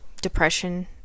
depression